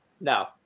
No